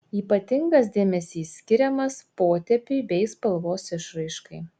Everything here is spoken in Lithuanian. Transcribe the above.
ypatingas dėmesys skiriamas potėpiui bei spalvos išraiškai